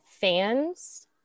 fans